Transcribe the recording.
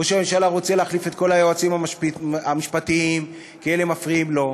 ראש הממשלה רוצה להחליף את כל היועצים המשפטיים כי אלה מפריעים לו,